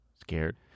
scared